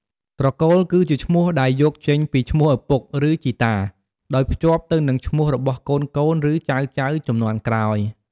ត្រកូលគឺជាឈ្មោះដែលយកចេញពីឈ្មោះឪពុក ឬជីតា ដោយភ្ជាប់ទៅនឹងឈ្មោះរបស់កូនៗ ឬចៅៗជំនាន់ក្រោយ។